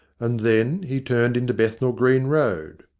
and then he turned into bethnal green road.